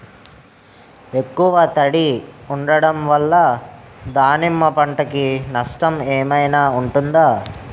ఎక్కువ తడి ఉండడం వల్ల దానిమ్మ పంట కి నష్టం ఏమైనా ఉంటుందా?